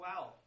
wow